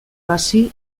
hasi